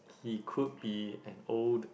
he could be an old